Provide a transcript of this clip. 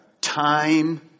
time